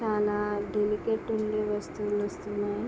చాలా డెలికేట్ ఉండే వస్తువులు వస్తున్నాయి